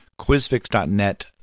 quizfix.net